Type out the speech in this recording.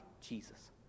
Jesus